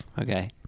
Okay